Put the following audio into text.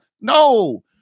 No